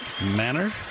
manner